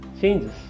changes